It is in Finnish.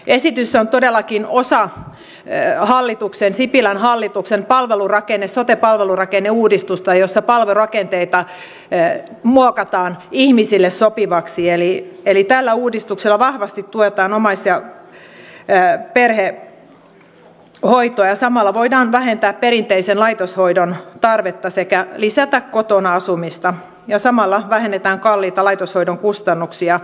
esitys on todellakin osa sipilän hallituksen sote palvelurakenneuudistusta jossa palvelurakenteita muokataan ihmisille sopivaksi eli tällä uudistuksella vahvasti tuetaan omais ja perhehoitoa ja samalla voidaan vähentää perinteisen laitoshoidon tarvetta sekä lisätä kotona asumista ja samalla vähennetään kalliita laitoshoidon kustannuksia